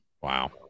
Wow